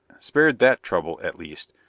spared that trouble, at least,